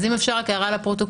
אז אם אפשר רק הערה לפרוטוקול,